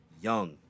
Young